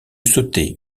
sautai